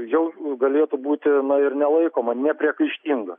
jau galėtų būti ir nelaikoma nepriekaištinga